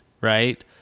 right